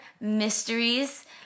mysteries